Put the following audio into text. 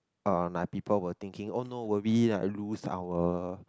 uh my people were thinking oh no will we like lose our